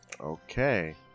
Okay